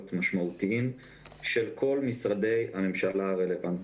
משמעותיים של כל משרדי הממשלה הרלוונטיים.